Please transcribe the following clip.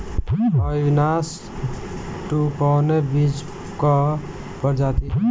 अविनाश टू कवने बीज क प्रजाति ह?